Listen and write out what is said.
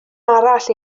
arall